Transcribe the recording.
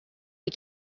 you